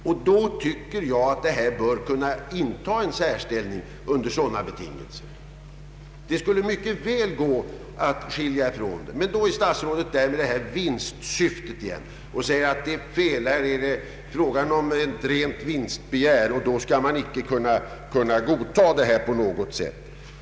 Under sådana betingelser bör denna verksamhet inta en särställning. Det skulle mycket väl gå att skilja ut skrivbyråerna. Men då drar statsrådet fram vinstsyftet igen och säger att det här är fråga om ett rent vinstbegär, och det kan man inte godta.